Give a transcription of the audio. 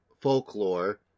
folklore